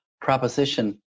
proposition